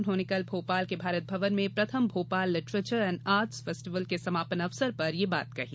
उन्होंने कल भोपाल के भारत भवन में प्रथम Bhopal literature and arts festival के समापन अवसर पर यह बात कही